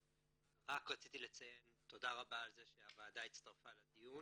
רק רציתי לציין תודה רבה על כך שהוועדה הצטרפה לדיון